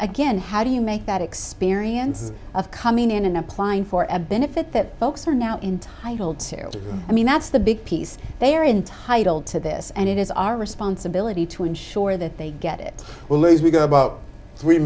again how do you make that experience of coming in and applying for a benefit that folks are now entitled to i mean that's the big piece they are entitled to this and it is our responsibility to ensure that they get it well as we go about three